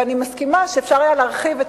ואני מסכימה שאפשר היה להרחיב את